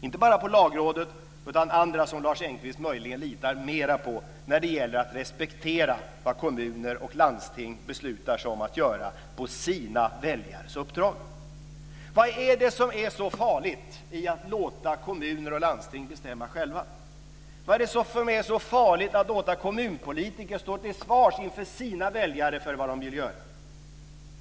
Inte bara det Lagrådet skriver, utan också vad andra som Lars Engqvist möjligen litar mer på skriver när det gäller att respektera vad kommuner och landsting beslutar sig för att göra på sina väljares uppdrag. Vad är det som är så farligt i att låta kommuner och landsting bestämma själva? Vad är det som är så farligt med att låta kommunpolitiker stå till svars inför sina väljare för vad de vill göra?